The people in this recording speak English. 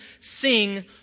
sing